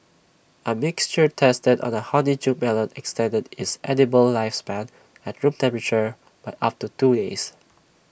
A mixture tested on A honeydew melon extended its edible lifespan at room temperature by up to two days